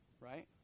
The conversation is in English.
right